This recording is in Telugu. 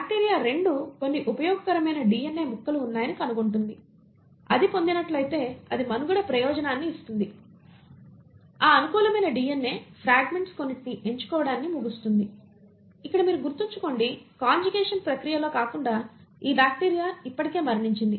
బాక్టీరియా 2 కొన్ని ఉపయోగకరమైన DNA ముక్కలు ఉన్నాయని కనుగొంటుంది అది పొందినట్లయితే అది మనుగడ ప్రయోజనాన్ని ఇస్తుంది ఆ అనుకూలమైన DNA ఫ్రాగ్మెంట్స్ కొన్నింటిని ఎంచుకోవడాన్ని ముగుస్తుంది ఇక్కడ మీరు గుర్తుంచుకోండి కాంజుగేషన్ ప్రక్రియలో కాకుండా ఈ బ్యాక్టీరియా ఇప్పటికే మరణించింది